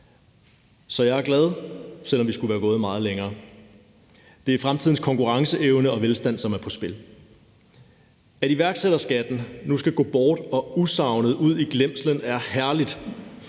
Så jeg er glad, selv om vi skulle være gået meget længere; det er fremtidens konkurrenceevne og velstand, som er på spil. At iværksætterskatten nu skal gå bort og usavnet ud i glemslen, er herligt.